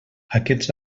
aquests